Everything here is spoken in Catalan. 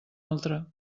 altra